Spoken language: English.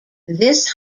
this